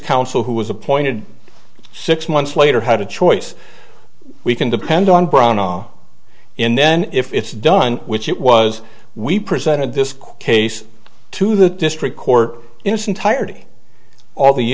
council who was appointed six months later how to choice we can depend on brown on in then if it's done which it was we presented this case to the district court in its entirety all the